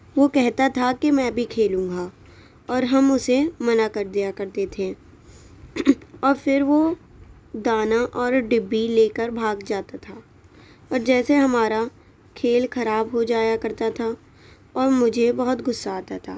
وہ کہتا تھا کہ میں بھی کھیلوں گا اور ہم اسے منع کر دیا کرتے تھے اور پھر وہ دانا اور ڈبی لے کر بھاگ جاتا تھا اور جیسے ہمارا کھیل خراب ہو جایا کرتا تھا اور مجھے بہت غصہ آتا تھا